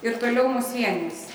ir toliau mūs vienys